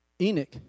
Enoch